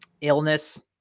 illness